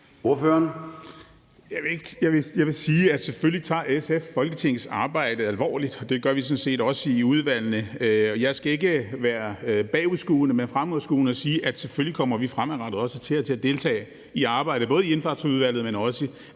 Jeg vil sige, at selvfølgelig tager SF folketingsarbejdet alvorligt. Det gør vi sådan set også i udvalgene. Jeg skal ikke være bagudskuende, men fremadskuende og sige, at selvfølgelig kommer vi fremadrettet også til at deltage i arbejdet, både i Indfødsretsudvalget, men også i